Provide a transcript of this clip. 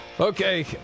Okay